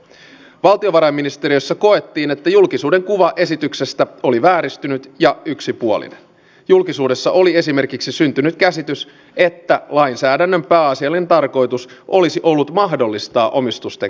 omassakin kotikaupungissani kauhavalla on nyt toiminut vastaanottokeskus muutaman kuukauden ja suuremmilta ongelmilta on onneksi toistaiseksi vältytty ja toivotaan että lainsäädännön pääasiallinen tarkoitus olisi ollut jatkossakin pärjäämme